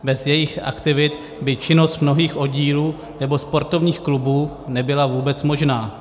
Bez jejich aktivit by činnost mnohých oddílů nebo sportovních klubů nebyla vůbec možná.